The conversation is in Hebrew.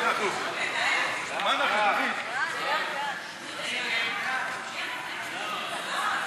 ההצעה להעביר את הצעת חוק הצעת חוק הביטוח הלאומי (תיקון,